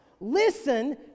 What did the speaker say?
listen